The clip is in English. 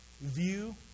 view